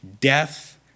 Death